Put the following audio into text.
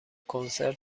کنسرت